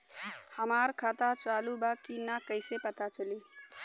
हमार खाता चालू बा कि ना कैसे पता चली?